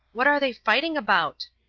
what are they fighting about?